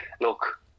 look